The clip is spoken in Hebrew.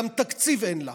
גם תקציב אין לה.